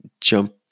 jump